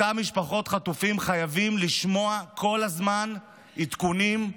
אותן משפחות חטופים חייבות לשמוע כל הזמן עדכונים,